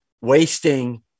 wasting